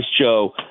Joe